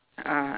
ah